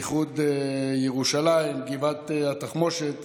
איחוד ירושלים, גבעת התחמושת,